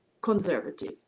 conservative